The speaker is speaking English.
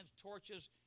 torches